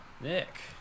nick